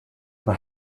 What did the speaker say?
but